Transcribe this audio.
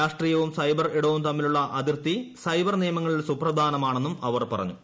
രാഷ്ട്രീയവും സൈബർ ഇടവും തമ്മിലുളള അതിർത്തി സൈബർ നിയമങ്ങളിൽ സുപ്രധാനമാണെന്നും അവർ പറഞ്ഞു